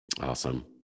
Awesome